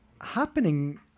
happening